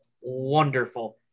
wonderful